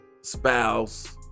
spouse